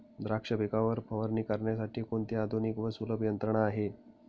द्राक्ष पिकावर फवारणी करण्यासाठी कोणती आधुनिक व सुलभ यंत्रणा आहे?